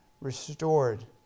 restored